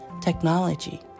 technology